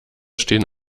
stehen